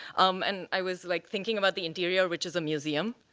um and i was like thinking about the interior, which is a museum.